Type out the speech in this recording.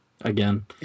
Again